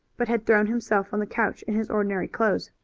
but had thrown himself on the couch in his ordinary clothes.